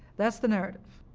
that's the narrative.